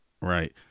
Right